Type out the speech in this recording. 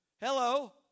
Hello